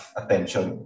attention